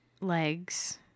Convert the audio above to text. legs